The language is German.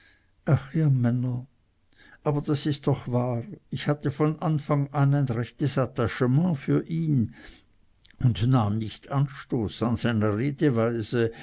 aber das ist doch wahr ich hatte von anfang an ein rechtes attachement für ihn und nahm nicht anstoß an seiner redeweise